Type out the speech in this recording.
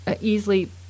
easily